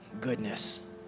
goodness